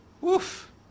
woof